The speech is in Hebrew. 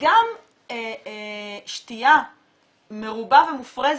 שגם שתייה מרובה ומופרזת,